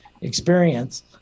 experience